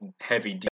heavy